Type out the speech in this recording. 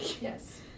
Yes